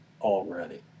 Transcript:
already